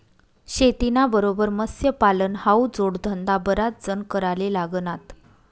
शेतीना बरोबर मत्स्यपालन हावू जोडधंदा बराच जण कराले लागनात